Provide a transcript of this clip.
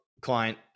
client